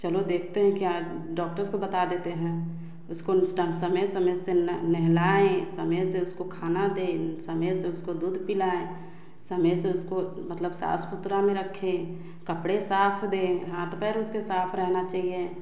चलो देखते हैं क्या डॉक्टर्स को बता देते हैं उसको उस टाइम समय समय से नहलाएँ समय से उसको खाना दें समय से उसको दूध पिलाएँ समय से उसको मतलब साफ़ सुथरा में रखें कपड़े साफ दे हाथ पैर उसके साफ रहना चाहिए